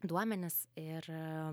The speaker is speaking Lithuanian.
duomenis ir